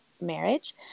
marriage